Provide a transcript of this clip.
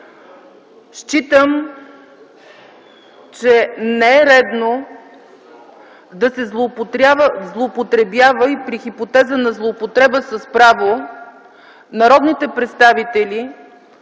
Считам, че не е редно да се злоупотребява и при хипотеза на злоупотреба с право народните представители